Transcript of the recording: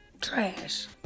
trash